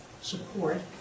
support